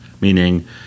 meaning